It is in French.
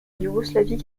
yougoslavie